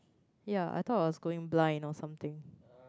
ya I thought I was going blind or something